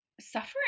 suffering